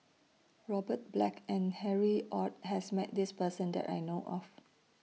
Robert Black and Harry ORD has Met This Person that I know of